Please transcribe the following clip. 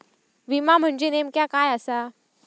विमा म्हणजे नेमक्या काय आसा?